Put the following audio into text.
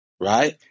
Right